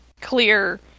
clear